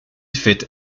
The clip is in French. fait